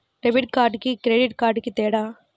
Debit కార్డుకి credit కార్డుకి తేడా?